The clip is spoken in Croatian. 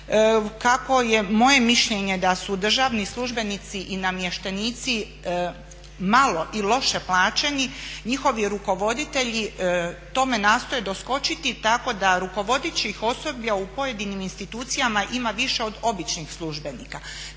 Kako je moje mišljenje da su državni službenici i namještenici malo i loše plaćeni, njihovi rukovoditelji tome nastoje doskočiti tako da rukovodećih osoblja u pojedinim institucijama ima više od običnih službenika